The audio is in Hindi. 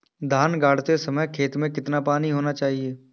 धान गाड़ते समय खेत में कितना पानी होना चाहिए?